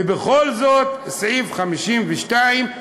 ובכל זאת סעיף 52,